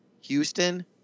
Houston